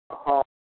ହଁ